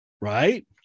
right